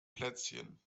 plätzchen